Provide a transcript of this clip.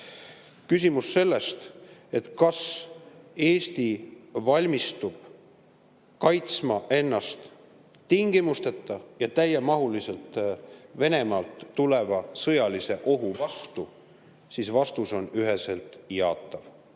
küsimus, kas Eesti valmistub kaitsma ennast tingimusteta ja täiemahuliselt Venemaalt tuleneva sõjalise ohu vastu. Vastus on üheselt jaatav.